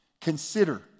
consider